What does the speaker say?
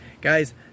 Guys